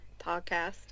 podcast